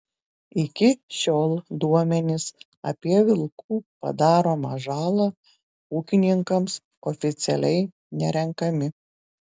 iki šiol duomenys apie vilkų padaromą žalą ūkininkams oficialiai nerenkami